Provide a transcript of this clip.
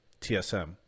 TSM